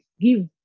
give